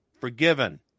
forgiven